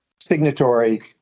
signatory